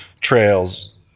trails